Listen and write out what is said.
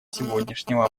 сегодняшнего